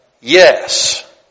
yes